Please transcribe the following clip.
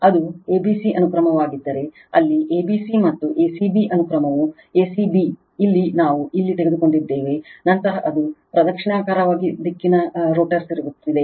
ಅದು a b c ಅನುಕ್ರಮವಾಗಿದ್ದರೆ ಅಲ್ಲಿ a b c ಮತ್ತು a c b ಅನುಕ್ರಮವು a c b ಇಲ್ಲಿ ನಾವು ಇಲ್ಲಿ ತೆಗೆದುಕೊಂಡಿದ್ದೇವೆ ನಂತರ ಅದು ಪ್ರದಕ್ಷಿಣಾಕಾರವಾಗಿ ದಿಕ್ಕಿನ ರೋಟರ್ ತಿರುಗುತ್ತಿದೆ